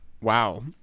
Wow